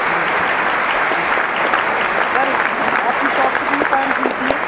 जी जी सर आपकी शॉप कितने टाइम खुलती है